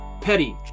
Petty